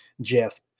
Jeff